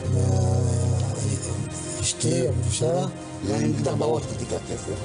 אין כמעט אדם בוגר בישראל שלא הימר לפחות פעם אחת.